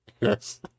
Yes